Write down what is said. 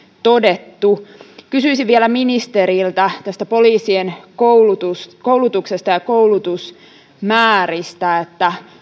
todettu kysyisin vielä ministeriltä poliisien koulutuksesta koulutuksesta ja koulutusmääristä